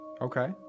Okay